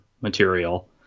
material